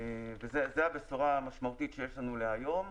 זו הבשורה המשמעותית שיש לנו להיום.